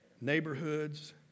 neighborhoods